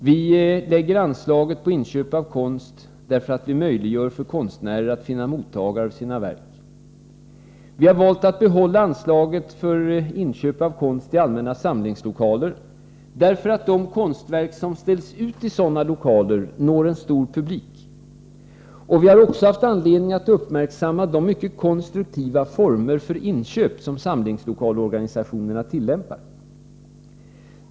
Vi lägger anslaget på inköp av konst, därför att det möjliggör för konstnärer att finna mottagare till sina verk. Vi har valt att behålla anslaget för inköp av konst till allmänna samlingslokaler därför att de konstverk som ställs ut i sådana lokaler når en stor publik. Vi har också haft anledning att uppmärksamma de mycket konstruktiva former för inköp som samlingslokalsorganisationerna tillämpar.